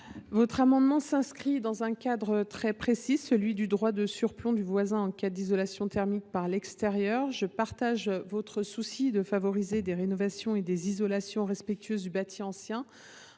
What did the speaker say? chère collègue, s’inscrit dans un cadre très précis, celui du droit de surplomb du voisin en cas d’isolation thermique par l’extérieur. Je partage votre souci de favoriser des rénovations et des isolations respectueuses du bâti ancien.